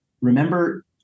remember